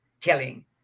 killing